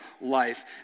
life